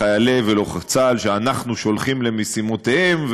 מחיילי צה"ל שאנחנו שולחים למשימותיהם,